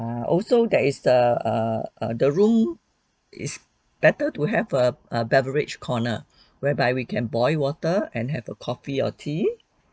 uh also there is err err err the room is better to have a a beverage corner whereby we can boil water and have a coffee or tea